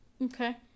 Okay